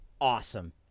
awesome